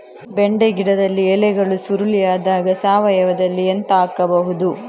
ಬೆಂಡೆ ಗಿಡದ ಎಲೆಗಳು ಸುರುಳಿ ಆದಾಗ ಸಾವಯವದಲ್ಲಿ ಎಂತ ಹಾಕಬಹುದು?